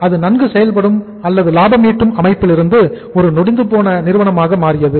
ஆனால் அது நன்கு செயல்படும் அல்லது லாபம் ஈட்டும் அமைப்பிலிருந்து ஒரு நொடிந்துபோன நிறுவனமாக மாறியது